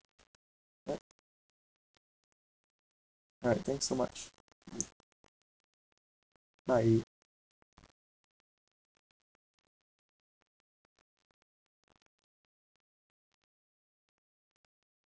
ya alright thanks so much bye